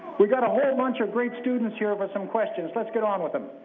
we've got a whole bunch of great students here with some questions. let's get on with them.